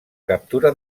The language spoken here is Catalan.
captura